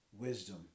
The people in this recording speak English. wisdom